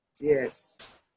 Yes